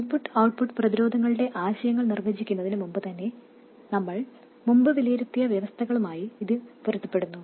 input output പ്രതിരോധങ്ങളുടെ ആശയങ്ങൾ നിർവചിക്കുന്നതിന് മുമ്പുതന്നെ നമ്മൾ മുമ്പ് വിലയിരുത്തിയ വ്യവസ്ഥകളുമായി ഇത് പൊരുത്തപ്പെടുന്നു